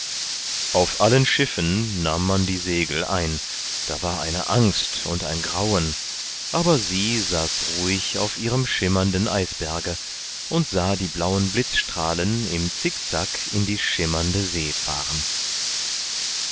auf allen schiffen nahm man die segel ein da war eine angst und ein grauen aber sie saß ruhig auf ihrem schwimmenden eisberge und sah die blauen blitzstrahlen im zickzack in die schimmernde see fahren